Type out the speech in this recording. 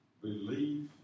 Believe